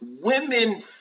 women